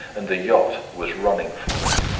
and the yacht was running for it.